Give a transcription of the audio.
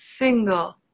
single